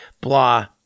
blah